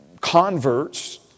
converts